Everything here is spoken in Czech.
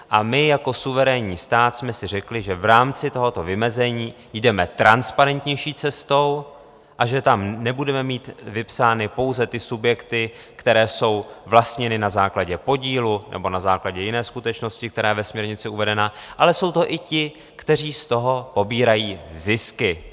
A my jako suverénní stát jsme si řekli, že v rámci tohoto vymezení jdeme transparentnější cestou a že tam nebudeme mít vypsány pouze ty subjekty, které jsou vlastněny na základě podílu nebo na základě jiné skutečnosti, která je ve směrnici uvedena, ale jsou to i ti, kteří z toho pobírají zisky.